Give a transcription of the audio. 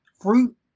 fruit